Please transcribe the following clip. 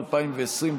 התשפ"א 2020,